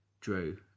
Drew